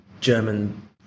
German